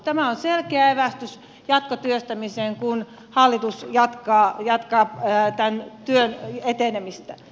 tämä on selkeä evästys jatkotyöstämiseen kun hallitus jatkaa tämän työn etenemistä